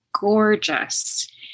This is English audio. gorgeous